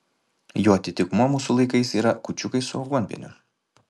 jo atitikmuo mūsų laikais yra kūčiukai su aguonpieniu